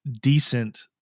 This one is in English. decent